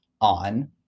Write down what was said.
on